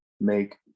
make